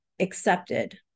accepted